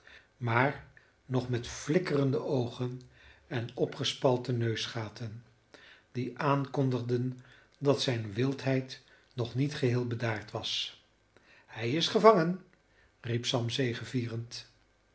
maar nog met flikkerende oogen en opgespalte neusgaten die aankondigden dat zijne wildheid nog niet geheel bedaard was hij is gevangen riep sam